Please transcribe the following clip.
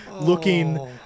looking